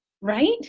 Right